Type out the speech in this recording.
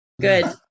Good